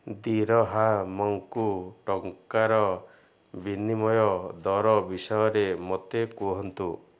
ଦିରହାମକୁ ଟଙ୍କାର ବିନିମୟ ଦର ବିଷୟରେ ମୋତେ କୁହନ୍ତୁ